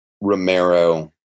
Romero